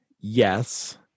yes